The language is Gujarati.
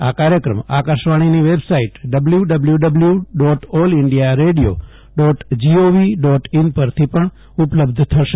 આ કાર્યક્રમ આકાશવાણીની વેબસાઈટ ડબલ્યુડબલ્યુડબલ્યુ dot all India radio dot g o v dot in પરથી પણ ઉપલબ્ધ થશે